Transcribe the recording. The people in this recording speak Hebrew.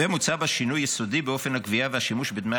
ומוצע בה שינוי יסודי באופן הגבייה והשימוש בדמי